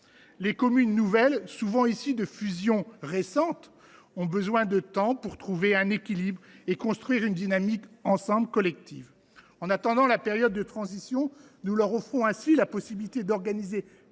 les communes nouvelles, souvent issues de fusions récentes, ont besoin de temps pour trouver leur équilibre et construire une dynamique collective. En étendant la période de transition, nous leur offririons la possibilité de s’organiser